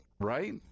Right